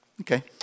Okay